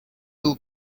two